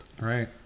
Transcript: right